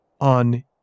on